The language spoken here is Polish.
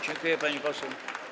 Dziękuję, pani poseł.